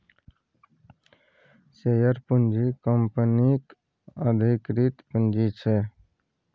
share पूँजी कंपनीक अधिकृत पुंजी छै